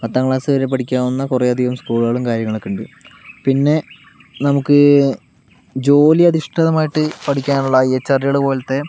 പത്താം ക്ലാസ് വരെ പഠിയ്ക്കാവുന്ന കുറേ അധികം സ്കൂളുകളും കാര്യങ്ങളൊക്കെ ഉണ്ട് പിന്നെ നമുക്ക് ജോലി അധിഷ്ഠിതമായിട്ട് പഠിയ്ക്കാനുള്ള ഐ എച്ച് ആർ ഡികൾ പോലത്തെ